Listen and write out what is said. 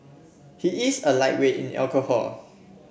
he is a lightweight in alcohol